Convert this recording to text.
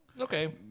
Okay